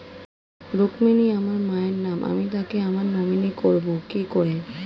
রুক্মিনী আমার মায়ের নাম আমি তাকে আমার নমিনি করবো কি করে?